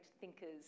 thinkers